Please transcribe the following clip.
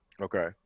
Okay